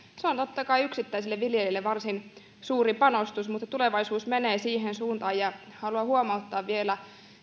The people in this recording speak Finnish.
on totta kai yksittäiselle viljelijälle varsin suuri panostus mutta tulevaisuus menee siihen suuntaan haluan huomauttaa vielä